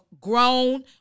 grown